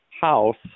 house